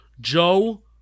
Joe